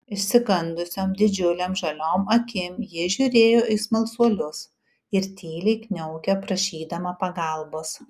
išsigandusiom didžiulėm žaliom akim ji žiūrėjo į smalsuolius ir tyliai kniaukė prašydama pagalbos